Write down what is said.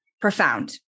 profound